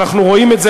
ואנחנו רואים את זה,